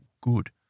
good